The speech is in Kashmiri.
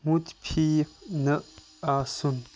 مُتفیٖف نہٕ آسُن